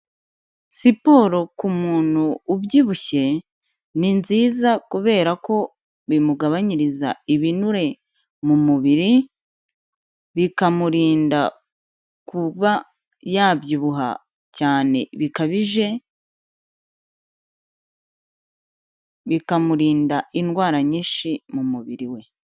Siporo ku muntu ubyibushye ni nziza kubera ko bimugabanyiriza ibinure mu mubiri, bikamurinda kuba yabyibuha cyane bikabije, bikamurinda indwara nyinshi mu mubiri we.